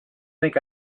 think